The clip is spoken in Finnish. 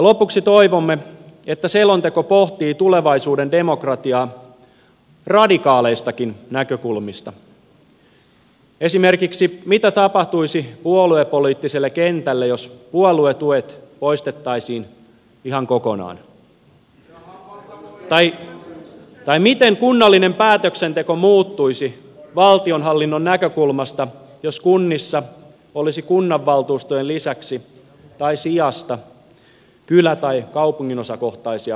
lopuksi toivomme että selonteko pohtii tulevaisuuden demokratiaa radikaaleistakin näkökulmista esimerkiksi mitä tapahtuisi puoluepoliittiselle kentälle jos puoluetuet poistettaisiin ihan kokonaan tai miten kunnallinen päätöksenteko muuttuisi valtionhallinnon näkökulmasta jos kunnissa olisi kunnanvaltuustojen lisäksi tai sijasta kylä tai kaupunginosakohtaisia valtuustoja